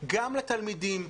גם לתלמידים,